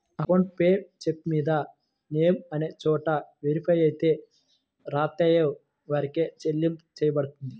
account payee చెక్కుమీద name అనే చోట ఎవరిపేరైతే రాత్తామో వారికే చెల్లింపు చెయ్యబడుతుంది